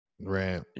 right